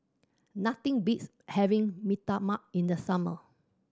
nothing beats having Mee Tai Mak in the summer